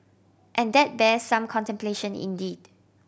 and that bears some contemplation indeed